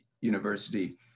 university